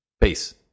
Peace